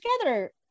together